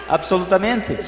Absolutamente